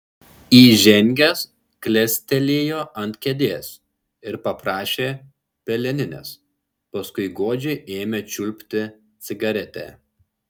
įžengęs klestelėjo ant kėdės ir paprašė peleninės paskui godžiai ėmė čiulpti cigaretę